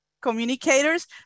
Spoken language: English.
communicators